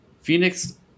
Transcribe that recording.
Phoenix